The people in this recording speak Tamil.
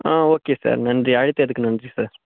ஓகே சார் நன்றி அழைத்ததற்கு நன்றி சார்